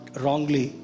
wrongly